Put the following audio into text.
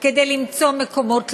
כדי למצוא מקומות לינה,